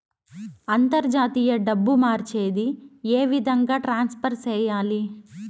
అంతర్జాతీయ డబ్బు మార్చేది? ఏ విధంగా ట్రాన్స్ఫర్ సేయాలి?